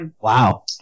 Wow